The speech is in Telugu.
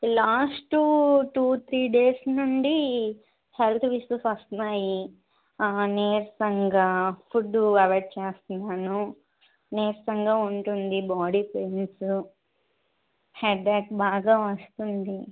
లాస్టు టూ త్రీ డేస్ నుండి హెల్త్ ఇష్యూస్ వస్తున్నాయి నీరసంగా ఫుడ్ అవాయిడ్ చేస్తన్నాను నీరసంగా ఉంటుంది బాడీ పెయిన్సు హెడేకు బాగా వస్తుంది